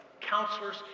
counselors